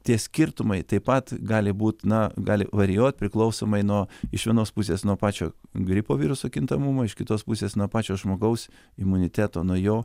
tie skirtumai taip pat gali būt na gali varijuot priklausomai nuo iš vienos pusės nuo pačio gripo viruso kintamumo iš kitos pusės nuo pačio žmogaus imuniteto nuo jo